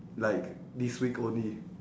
like this week only